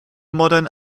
modern